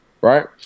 Right